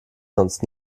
sonst